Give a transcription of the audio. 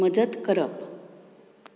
मजत करप